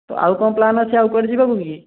ତ ଆଉ କ'ଣ ପ୍ଲାନ୍ ଅଛି ଆଉ କୁଆଡ଼େ ଯିବାକୁ କି